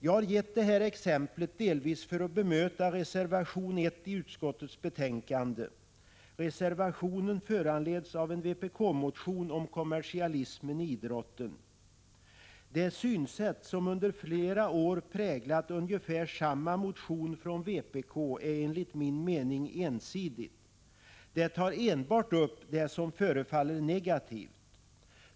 Jag har gett det här exemplet delvis för att bemöta reservation 1 vid utskottets betänkande. Reservationen föranleds av en vpk-motion om kommersialismen inom idrotten. Det synsätt som under flera år präglat ungefär likalydande motioner från vpk är enligt min mening ensidigt. Det tar enbart upp det som förefaller negativt.